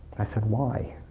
i said, why?